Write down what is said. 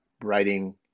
writing